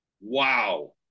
wow